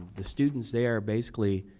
the students, they are basically,